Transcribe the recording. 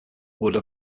would